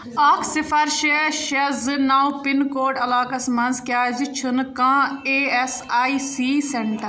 اَکھ صِفر شےٚ شےٚ زٕ نَو پِن کورڈ علاقس مَنٛز کیٛازِ چھُنہٕ کانٛہہ A S I C centre